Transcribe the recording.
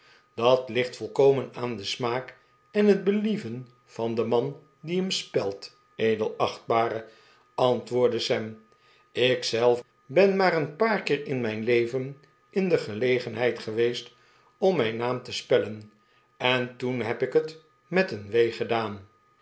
dat ligt volkomen aan den smaak en het believen van den man die hem spelt edelachtbare antwoordde sam ik zelf ben maar een paar keer in mijn leven in de gelegenheid geweest om mijn naam te spellen en toen heb ik het met een